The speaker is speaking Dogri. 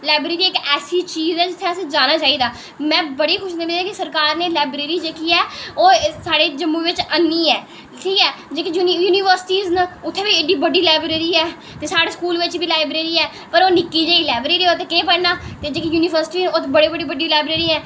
लाईब्रेरी बी इक्क ऐसी चीज़ ऐ जित्थें असें जाना चाहिदा में बड़ी खुश आं की सरकार नै लाईब्रेरी जेह्की ऐ की ओह् साढ़े जम्मू बिच आह्नी ऐ ठीक ऐ जेह्की यूनिवर्सिटीज़ न उत्थें बी एड्डी बड्डी लाईब्रेरी ऐ ते साढ़े स्कूल च बी लाईब्रेरी ऐ पर ओह् निक्की जेही लाईब्रेरी ऐ ओह् केह् पढ़ना ते जेह्ड़ी यूनिवर्सिटी ऐ उत्त बड़ी बड्डी लाईब्रेरी ऐ